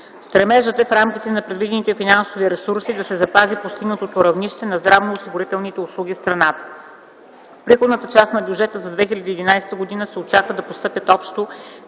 Стремежът е в рамките на предвидените финансови ресурси да се запази постигнатото равнище на здравноосигурителни услуги в страната. В приходната част на бюджета за 2011 г. се очаква да постъпят общо